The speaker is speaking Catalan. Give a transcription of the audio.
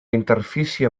interfície